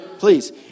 Please